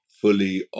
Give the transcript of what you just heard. fully